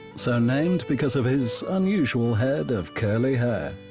so named because of his unusual head of curly hair.